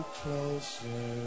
closer